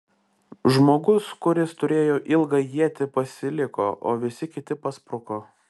žmogus kuris turėjo ilgą ietį pasiliko o visi kiti paspruko